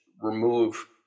remove